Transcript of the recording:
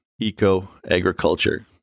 eco-agriculture